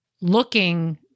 looking